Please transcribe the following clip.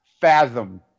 fathom